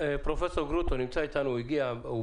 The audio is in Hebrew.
פרופ' גרוטו נמצא איתנו בזום.